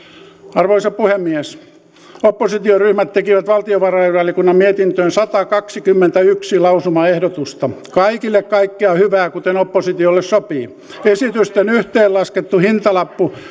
arvoisa puhemies oppositioryhmät tekivät valtiovarainvaliokunnan mietintöön satakaksikymmentäyksi lausumaehdotusta kaikille kaikkea hyvää kuten oppositiolle sopii esitysten yhteenlaskettu hintalappu